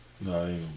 No